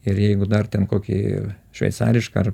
ir jeigu dar ten kokį šveicarišką